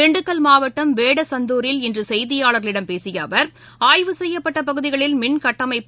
திண்டுக்கல் மாவட்டம் வேடச்சந்தூரில் இன்றுசெய்தியாளர்களிடம் பேசியஅவர் ஆய்வு செய்யப்பட்டபகுதிகளில் மின் கட்டமைப்பு